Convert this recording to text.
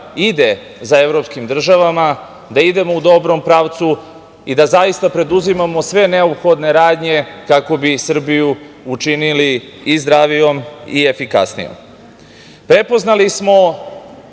ide za evropskim državama, da idemo u dobrom pravcu i da zaista preduzimamo sve neophodne radnje kako bi Srbiju učinili i zdravijom i efikasnijom. Prepoznali smo